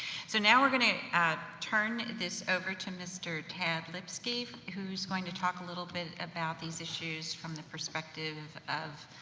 so now, we're going to turn this over to mr. ted lipsky, who's going to talk a little bit about these issues from the perspective of,